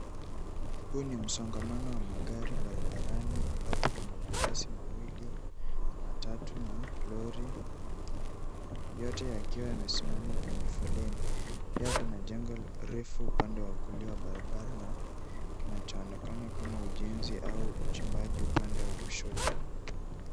Huu ni msongamano wa magari barabarani ambapo kuna mabasi mawili, matatu na lori yote yakiwa yamesimama kwenye foleni. Pia kuna jengo refu upande wa kulia wa barabara na inaonekana kama ujenzi au uchimbaji upande wa kushoto.